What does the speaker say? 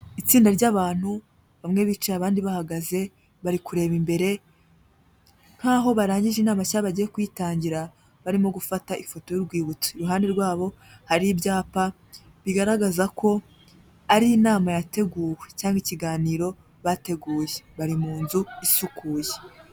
Itsinda ry'abantu bamwe bicaye abandi bahagaze bari kureba imbere nk'aho barangije inama cyangwa bagiye kuyitangira barimo gufata ifoto y'urwibutso. Iruhande rwabo hari ibyapa bigaragaza ko ari inama yateguwe cyangwa ikiganiro bateguye, bari mu nzu isukuye.